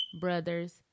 brothers